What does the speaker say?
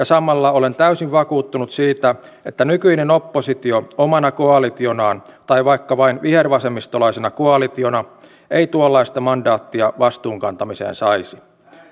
samalla olen täysin vakuuttunut siitä että nykyinen oppositio omana koalitionaan tai vaikka vain vihervasemmistolaisena koalitiona ei tuollaista mandaattia vastuun kantamiseen saisi